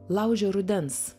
lauže rudens